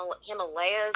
Himalayas